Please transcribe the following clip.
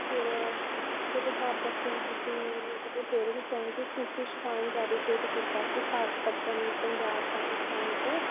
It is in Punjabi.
ਫਿਰ ਜਦੋਂ ਬਾਬਾ ਫ਼ਰੀਦ ਜੀ ਤੇਰਵੀਂ ਸਦੀ 'ਚ ਸੂਫ਼ੀ ਸ਼ਰਾਮ ਡੈਡੀਕੇਟ ਕੀਤਾ ਸੀ ਪਾਕ ਪੱਤਣ ਪੰਜਾਬ ਪਾਕਿਸਤਾਨ ਤੋਂ